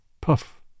Puff